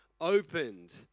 opened